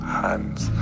hands